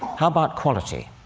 how about quality?